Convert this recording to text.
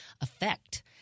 effect